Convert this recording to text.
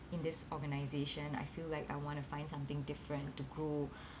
in this organisation I feel like I want to find something different to grow